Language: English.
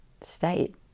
state